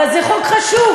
אבל זה חוק חשוב,